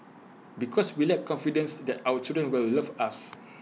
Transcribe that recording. because we lack confidence that our children will love us